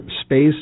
space